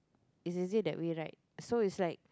it's easier that way right so it's like